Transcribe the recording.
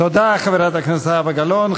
תודה, חברת הכנסת זהבה גלאון.